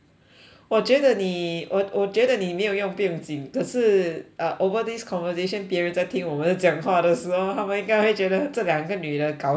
我觉得你我我觉得你没有用不用紧可是 uh over this conversation 别人在听我们讲话的时候他们应该会觉得这两个女的搞什么鬼